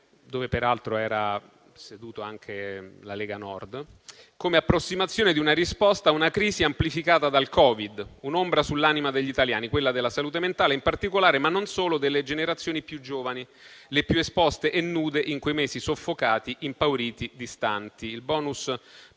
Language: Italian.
dove peraltro era seduta anche la Lega Nord, come approssimazione di una risposta ad una crisi amplificata dal Covid, un'ombra sull'anima degli italiani, quella della salute mentale, in particolare, ma non solo delle generazioni più giovani, le più esposte e nude in quei mesi soffocati, impauriti e distanti.